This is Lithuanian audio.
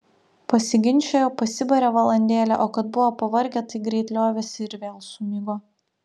pasiginčijo pasibarė valandėlę o kad buvo pavargę tai greit liovėsi ir vėl sumigo